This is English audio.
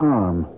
arm